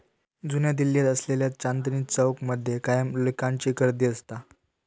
जुन्या दिल्लीत असलेल्या चांदनी चौक मध्ये कायम लिकांची गर्दी असता